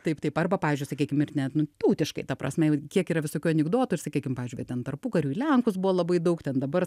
taip taip arba pavyzdžiui sakykim ir net nu tautiškai ta prasme jau kiek yra visokių anekdotų ir sakykim pavyzdžiui kad ten tarpukariu į lenkus buvo labai daug ten dabar